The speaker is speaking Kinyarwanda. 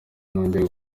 nongeye